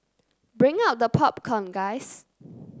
bring out the popcorn guys